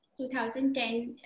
2010